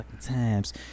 times